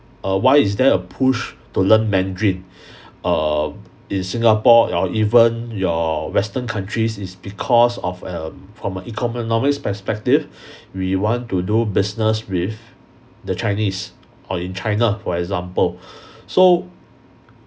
uh why is there a push to learn mandarin um in singapore or even your western countries is because of a from a economics perspective we want to do business with the chinese or in china for example so